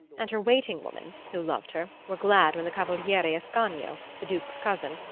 and her waiting women, who loved her, were glad when the cavaliere ascanio, the duke's cousin,